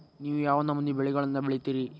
ನೇವು ಯಾವ್ ಯಾವ್ ನಮೂನಿ ಬೆಳಿಗೊಳನ್ನ ಬಿತ್ತತಿರಿ?